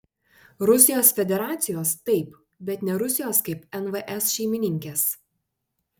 rusijos federacijos taip bet ne rusijos kaip nvs šeimininkės